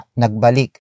nagbalik